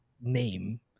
name